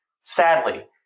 sadly